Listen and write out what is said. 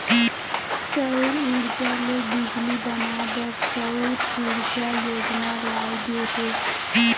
सउर उरजा ले बिजली बनाए बर सउर सूजला योजना लाए गे हे